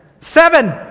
Seven